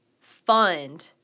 fund